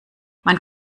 man